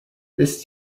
this